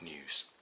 news